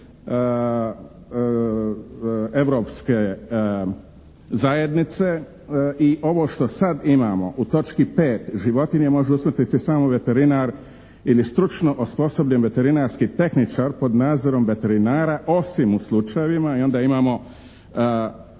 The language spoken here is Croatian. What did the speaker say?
Europske zajednice. I ovo što sada imamo u točku 5. životinju može usmrtiti samo veterinar ili stručno osposobljen veterinarski tehničar pod nadzorom veterinara osim u slučajevima, i onda imamo